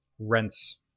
rents